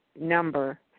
number